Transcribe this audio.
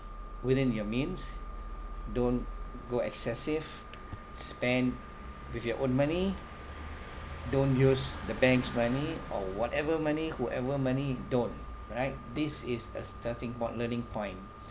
within your means don't go excessive spend with your own money don't use the bank's money or whatever money whoever money don't all right this is a starting point learning point